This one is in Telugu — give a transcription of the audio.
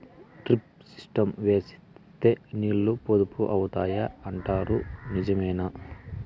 డ్రిప్ సిస్టం వేస్తే నీళ్లు పొదుపు అవుతాయి అంటారు నిజమేనా?